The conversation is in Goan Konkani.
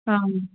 आं